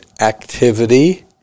activity